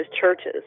churches